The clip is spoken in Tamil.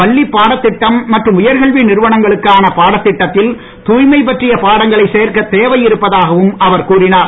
பள்ளிப் பாடத் திட்டம் மற்றும் உயர்கல்வி நிறுவனங்களுக்கான பாடத்திட்டத்தில் தூய்மை பற்றிய பாடங்களை சேர்க்க தேவை இருப்பதாகவும் அவர் கூறினார்